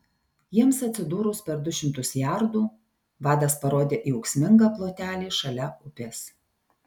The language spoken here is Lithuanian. jiems atsidūrus per du šimtus jardų vadas parodė į ūksmingą plotelį šalia upės